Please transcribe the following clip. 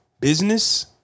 business